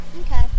Okay